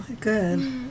Good